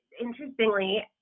Interestingly